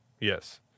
Yes